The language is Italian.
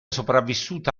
sopravvissuta